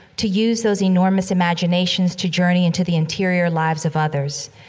to use those enormous imaginations to journey into the interior lives of others.